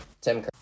Tim